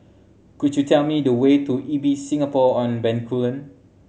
could you tell me the way to Ibis Singapore On Bencoolen